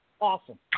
Awesome